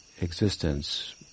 existence